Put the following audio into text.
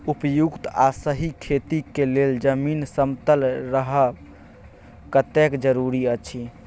उपयुक्त आ सही खेती के लेल जमीन समतल रहब कतेक जरूरी अछि?